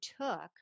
took